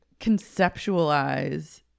conceptualize